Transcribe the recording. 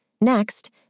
Next